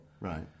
Right